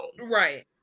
Right